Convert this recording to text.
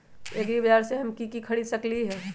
एग्रीबाजार से हम की की खरीद सकलियै ह?